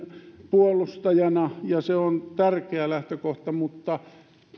puolustajana ja se on tärkeä lähtökohta niin